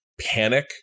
panic